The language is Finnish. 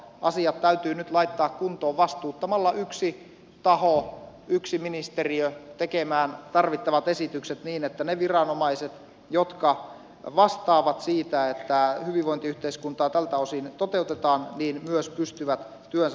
asiat täytyy nyt laittaa kuntoon vastuuttamalla yksi taho yksi ministeriö tekemään tarvittavat esitykset niin että ne viranomaiset jotka vastaavat siitä että hyvinvointiyhteiskuntaa tältä osin toteutetaan myös pystyvät työnsä hoitamaan